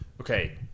okay